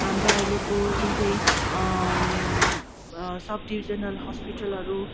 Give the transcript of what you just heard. हाम्रो अहिलेको जुन चाहिँ सबडिभिजनल हस्पिटलहरू